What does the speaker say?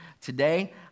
Today